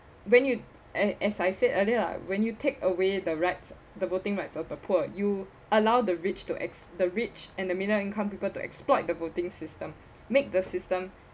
when you as as I said earlier when you take away the rights the voting rights of the poor you allow the rich to ex~ the rich and the middle income people to exploit the voting system make the system